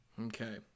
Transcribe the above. Okay